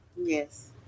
Yes